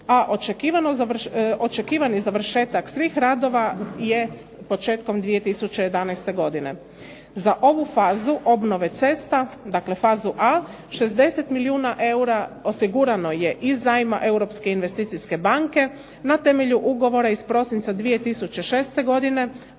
a očekivani završetak svih radova jest početkom 2011. godine. Za ovu fazu obnove cesta, dakle fazu A 60 milijuna eura osigurano je iz zajma Europske investicijske banke, na temelju ugovora iz prosinca 2006. godine,